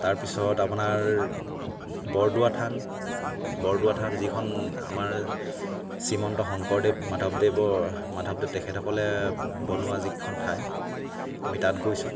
তাৰপিছত আপোনাৰ বৰদোৱা থান বৰদোৱা থান যিখন আমাৰ শ্ৰীমন্ত শংকৰদেৱ মাধৱদেৱৰ মাধৱদেৱ তেখেতসকলে বনোৱা যিখন ঠাই আমি তাত গৈছোঁ